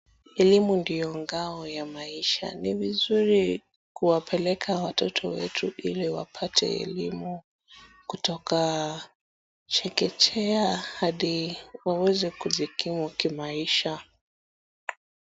Elimu ndiyo ngao ya maisha. Ni vizuri kuwapeleka watoto wetu ili wapate elimu kutoka chekechea hadi waweze kujikimu kimaisha.